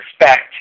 respect